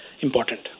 important